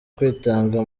kwitanga